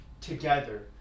together